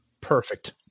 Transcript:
perfect